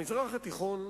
המזרח התיכון,